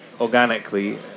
organically